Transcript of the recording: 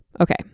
Okay